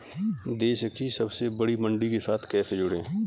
देश की सबसे बड़ी मंडी के साथ कैसे जुड़ें?